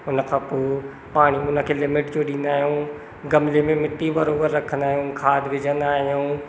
उन खां पोइ पाणी उन खे लिमिट जो ॾींदा आहियूं ग़मिले में मिटी बरोबरु रखंदा आहियूं खाद विझंदा आहियूं